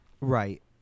Right